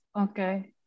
okay